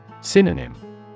Synonym